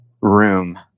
room